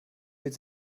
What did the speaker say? will